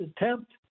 attempt